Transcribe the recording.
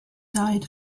died